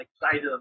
excited